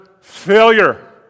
failure